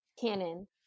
canon